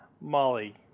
Molly